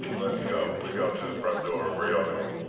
let's go. we go up to the front door. where are y'all going?